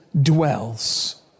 dwells